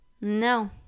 No